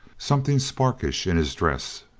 something sparkish in his dress.